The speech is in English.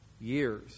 years